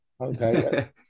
Okay